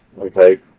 Okay